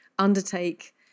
Undertake